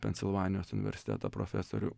pensilvanijos universiteto profesorių